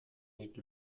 need